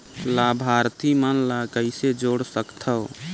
लाभार्थी मन ल कइसे जोड़ सकथव?